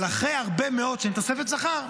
אבל אחרי הרבה מאוד זמן שאין תוספת שכר,